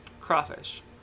Crawfish